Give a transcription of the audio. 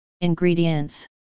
Ingredients